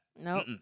Nope